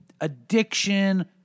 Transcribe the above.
addiction